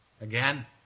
Again